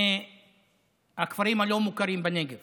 מהכפרים הלא-מוכרים בנגב